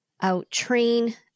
out-train